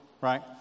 right